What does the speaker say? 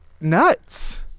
nuts